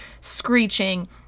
screeching